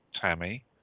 Tammy